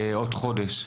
בעוד חודש.